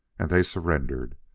and they surrendered.